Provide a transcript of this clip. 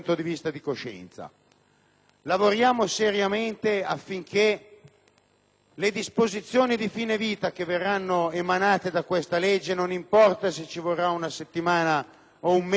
le disposizioni di fine vita che verranno emanate con questo provvedimento (non importa se ci vorrà una settimana o un mese di tempo in più) possano essere reali e non si debba mai più